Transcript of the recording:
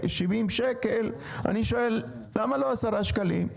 אני שואל למה לא 10 שקלים?